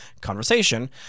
conversation